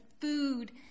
food